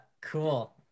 cool